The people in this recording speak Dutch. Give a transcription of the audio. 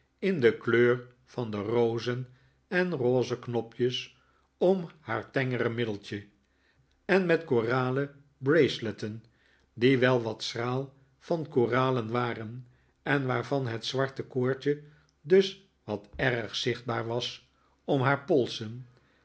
in de kleur van de rozen en rozeknopjes om haar tengere middeltje en met koralen braceletten die wel wat schraal van koralen waren en waarvan het zwarte koordje dus wat erg zichtbaar was om haar polsen